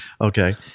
Okay